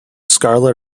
scarlet